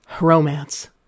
Romance